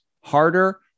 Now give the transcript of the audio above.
harder